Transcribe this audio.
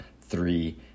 three